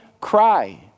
cry